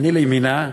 אני לימינה,